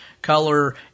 Color